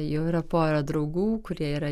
jau yra pora draugų kurie yra jau